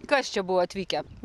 kas čia buvo atvykę